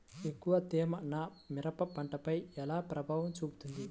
ఎక్కువ తేమ నా మిరప పంటపై ఎలా ప్రభావం చూపుతుంది?